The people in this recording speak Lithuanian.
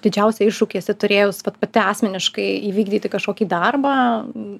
didžiausią iššūkį esi turėjus pati asmeniškai įvykdyti kažkokį darbą